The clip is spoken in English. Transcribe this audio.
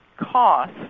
cost